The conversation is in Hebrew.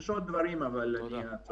יש עוד דברים, אבל אני אעצור פה.